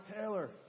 Taylor